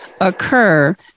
occur